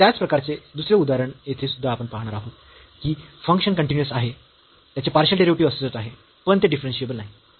त्याच प्रकारचे दुसरे उदाहरण येथे सुद्धा आपण पाहणार आहोत की फंक्शन कन्टीन्यूअस आहे त्याचे पार्शियल डेरिव्हेटिव्ह अस्तित्वात आहे पण ते डिफरन्शियेबल नाही